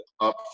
Up